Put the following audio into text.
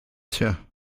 klingt